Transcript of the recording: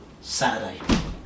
Saturday